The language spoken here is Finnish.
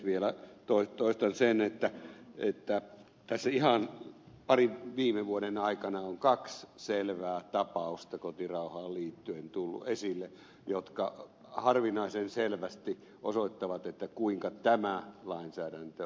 vielä toistan sen että tässä ihan parin viime vuoden aikana on kaksi selvää tapausta kotirauhaan liittyen tullut esille jotka harvinaisen selvästi osoittavat kuinka tämä lainsäädäntö on tarpeen